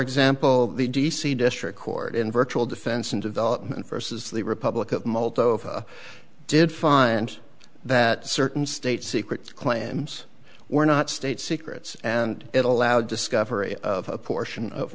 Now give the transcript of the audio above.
example the d c district court in virtual defense and development versus the republic of moldova did find that certain state secrets clams were not state secrets and it allowed discovery of a portion of